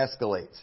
escalates